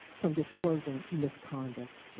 from disclosing misconduct.